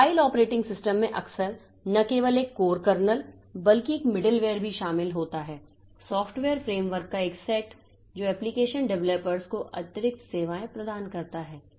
mobile operating system में अक्सर न केवल एक कोर कर्नेल बल्कि एक मिडलवेयर भी शामिल होता है सॉफ्टवेयर फ्रेमवर्क का एक सेट जो एप्लिकेशन डेवलपर्स को अतिरिक्त सेवाएं प्रदान करता है